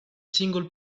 single